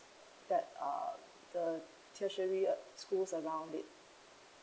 that uh the tertiary uh schools around it